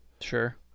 Sure